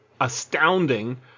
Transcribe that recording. astounding